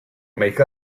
make